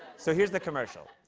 so here's the commercial.